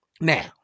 Now